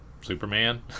Superman